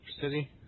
City